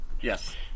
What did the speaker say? Yes